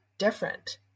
Different